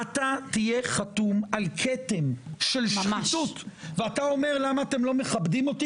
אתה תהיה חתום על כתם של שחיתות ואתה אומר: למה אתם לא מכבדים אותי?